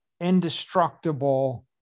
indestructible